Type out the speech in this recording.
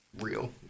real